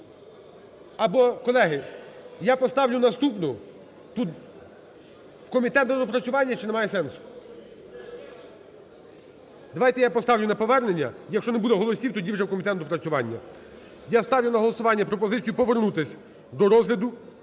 Або, колеги, я поставлю наступну, тут в комітет на доопрацювання чи немає сенсу? Давайте я поставлю на повернення, якщо не буде голосування, якщо не буде голосів – тоді вже в комітет на доопрацювання. Я ставлю на голосування пропозицію повернутися до розгляду